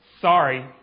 sorry